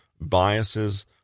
biases